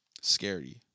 scary